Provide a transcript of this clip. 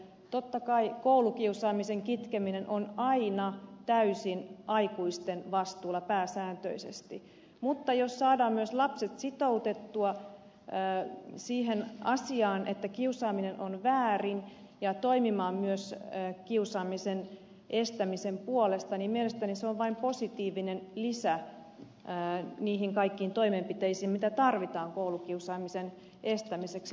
totta kai koulukiusaamisen kitkeminen on aina täysin aikuisten vastuulla pääsääntöisesti mutta se jos saadaan myös lapset sitoutettua siihen asiaan että kiusaaminen on väärin ja toimimaan myös kiusaamisen estämisen puolesta on mielestäni vain positiivinen lisä niihin kaikkiin toimenpiteisiin mitä tarvitaan koulukiusaamisen estämiseksi